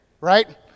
right